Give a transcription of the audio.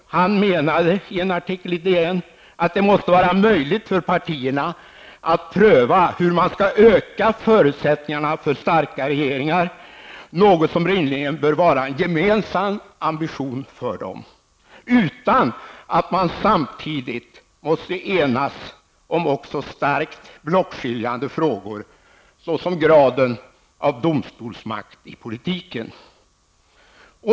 Bergström menade i en artikel i DN att det måste vara möjligt för partierna att pröva hur man skall förbättra förutsättningarna för starka regeringar -- något som rimligen bör vara en för partierna gemensam ambition -- utan att det samtidigt blir nödvändigt att enas också i starkt blockskiljande frågor, såsom graden av domstolsmakt i politiken.